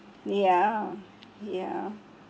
ya ya